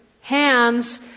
hands